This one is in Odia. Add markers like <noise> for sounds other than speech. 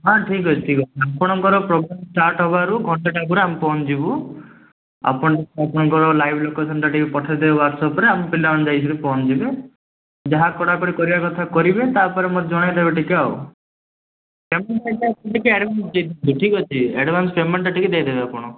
ହଁ ଠିକ୍ ଅଛି ଠିକ୍ ଅଛି ଆପଣଙ୍କର ପ୍ରୋଗ୍ରାମ୍ ଷ୍ଟାଟ୍ ହେବାରୁ ଘଣ୍ଟାଟେ ଆଗରୁ ଆମେ ପହଞ୍ଚିଯିବୁ ଆପଣ ଟିକେ ଆପଣଙ୍କର ଲାଇଭ୍ ଲୋକେସନ୍ଟା ଟିକେ ପଠାଇଦେବେ ହ୍ଵାଟସପରେ ଆମ ପିଲାମାନେ ଯାଇକି ସେଇଠି ପହଞ୍ଚି ଯିବେ ଯାହା କରା କରି କଥା କରିବେ ତା'ପରେ ମୋତେ ଜଣେଇ ଦେବେ ଟିକେ ଆଉ <unintelligible> ଠିକ୍ ଅଛି ଆଡ଼ଭାନ୍ସ ପେମେଣ୍ଟ୍ଟା ଟିକେ ଦେଇଦେବେ ଆପଣ